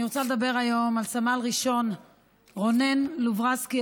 אני רוצה לדבר היום על סמל ראשון רונן לוברסקי,